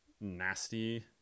nasty